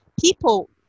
people